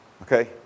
Okay